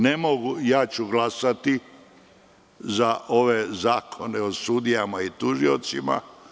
Ja ću glasati za ove zakone o sudijama i tužiocima.